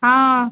ಹಾಂ